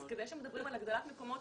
אז אם מדברים על הגדלת מקומות,